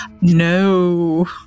No